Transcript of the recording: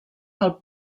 del